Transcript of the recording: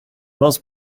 most